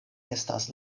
estas